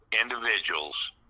individuals